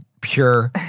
Pure